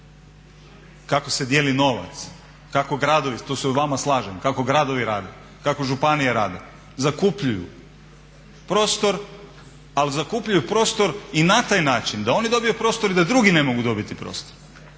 Kako se dijeli novac, kako gradovi, to se s vama slažem, kako gradovi rade, kako županije rade? Zakupljuju prostor, ali zakupljuju prostor i na taj način da oni dobiju prostor da drugi ne mogu dobiti prostor,